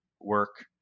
work